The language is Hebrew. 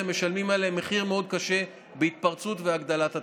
משלמים עליהן מחיר מאוד קשה בהתפרצות והגדלת התחלואה.